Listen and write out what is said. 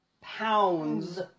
pounds